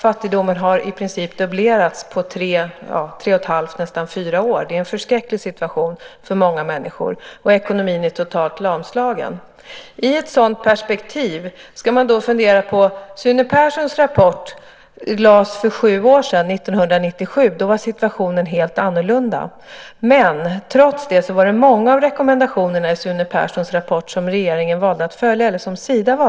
Fattigdomen har i princip dubblerats på tre och ett halvt till fyra år. Situationen är förskräcklig för många människor, och ekonomin är totalt lamslagen. I ett sådant perspektiv ska man fundera på att Sune Perssons rapport lades fram för sju år sedan, 1997. Då var situationen helt annorlunda. Trots det var det många av rekommendationerna i Sune Perssons rapport som Sida valde att följa.